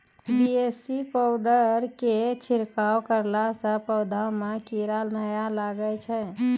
BAC powder के छिड़काव करला से पौधा मे कीड़ा नैय लागै छै?